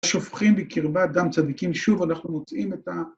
שופכים בקרבה דם צדיקים, שוב אנחנו מוצאים את ה...